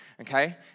Okay